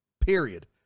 Period